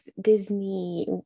Disney